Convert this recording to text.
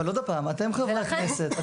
אבל עוד הפעם: אתם חברי הכנסת,